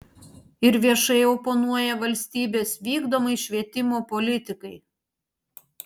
ir viešai oponuoja valstybės vykdomai švietimo politikai